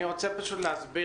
אני רוצה להסביר,